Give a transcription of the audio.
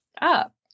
up